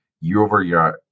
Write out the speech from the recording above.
year-over-year